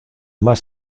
más